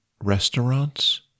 restaurants